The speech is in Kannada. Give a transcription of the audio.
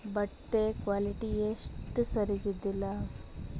ಬಟ್ಟೆ ಕ್ವಾಲಿಟಿ ಎಷ್ಟೂ ಸರಿಗಿದ್ದಿಲ್ಲ